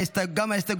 לסעיף